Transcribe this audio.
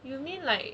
you mean like